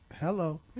Hello